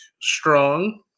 strong